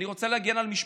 אני רוצה להגן על משפחתי,